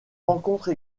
rencontre